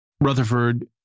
Rutherford